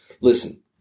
Listen